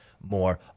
More